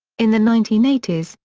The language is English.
in the nineteen eighty s,